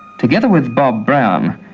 together with bob brown,